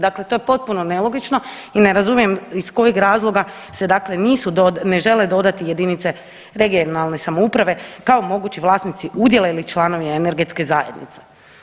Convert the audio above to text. Dakle to je potpuno nelogično i ne razumijem iz kojih razloga se dakle ni .../nerazumljivo/... ne žele dodati jedinice regionalne samouprave kao mogući vlasnici udjela ili članovi energetske zajednice.